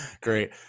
great